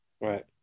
Right